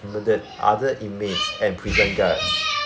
murdered other inmates and prison guards